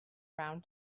round